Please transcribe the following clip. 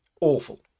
awful